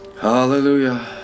Hallelujah